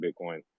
Bitcoin